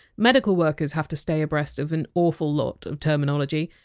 medical workers have to stay abreast of an awful lot of terminology.